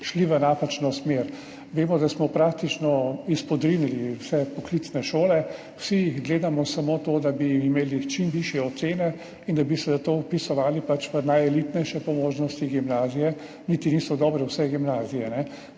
šli v napačno smer. Vemo, da smo praktično izpodrinili vse poklicne šole. Vsi gledamo samo to, da bi imeli čim višje ocene in da bi se zato vpisovali pač v najelitnejše [šole], po možnosti gimnazije, niti niso vse gimnazije